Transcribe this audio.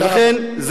לכן,